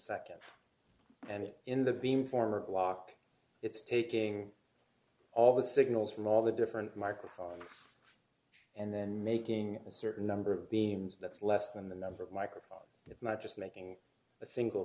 nd and in the beam form or block it's taking all the signals from all the different microphone and then making a certain number of beams that's less than the number of microphone it's not just making a single